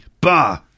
Bah